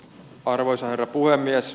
arvoisa herra puhemies